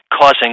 causing